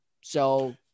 So-